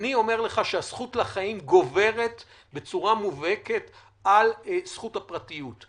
אני אומר לך שהזכות לחיים גוברת בצורה מובהקת על זכות הפרטיות.